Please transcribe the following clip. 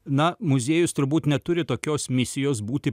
na muziejus turbūt neturi tokios misijos būti